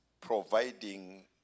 providing